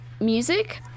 music